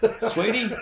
sweetie